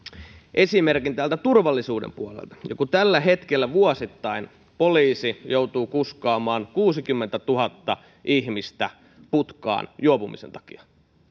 esimerkin turvallisuuden puolelta kun tällä hetkellä vuosittain poliisi joutuu kuskaamaan kuusikymmentätuhatta ihmistä putkaan juopumisen takia niin